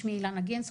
שמי אילנה גנס,